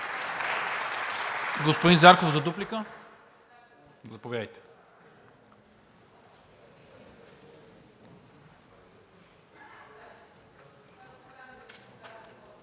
Господин Зарков, дуплика? Заповядайте.